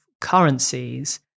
currencies